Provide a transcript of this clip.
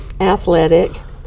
athletic